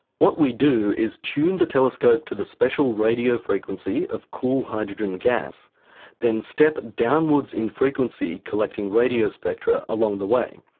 what we do is tune the telescope to the special radio frequency of cool hydrogen gas then step downwards in frequency, collecting radio spectra along the way.